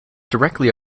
directly